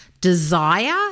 desire